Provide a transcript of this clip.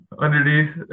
underneath